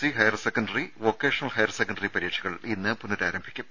C higher secondary vocational higher secondary പരീക്ഷകൾ ഇന്ന് പുനഃരാംരംഭിക്കും